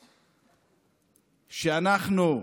שאנחנו,